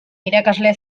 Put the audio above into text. irakasle